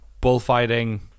bullfighting